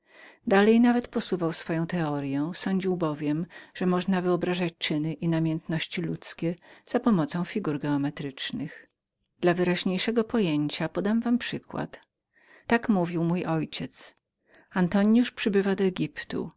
dalej nawet posuwał swoją teoryę sądził bowiem że można wyobrażać czyny i namiętności ludzkie za pomocą figur geometrycznych dla wyraźniejszego pojęcia podam wam przykład i tak mój ojciec mówił antoniusz przybywa